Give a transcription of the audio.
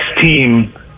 team